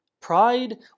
Pride